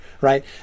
right